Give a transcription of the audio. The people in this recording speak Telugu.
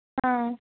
ఆ